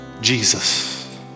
Jesus